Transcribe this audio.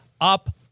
up